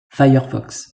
firefox